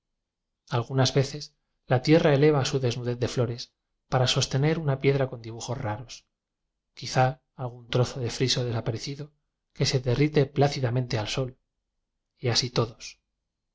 algunas veces la tierra eleva su desnu dez de flores para sostener una piedra con dibujos raros quizá algún trozo de friso desaparecido que se derrite plácidamente sol y así todos raros